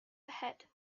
ahead